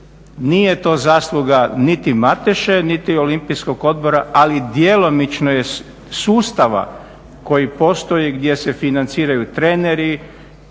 Nije to zasluga niti Mateše, niti Olimpijskog odbora, ali djelomično sustava koji postoji gdje se financiraju treneri,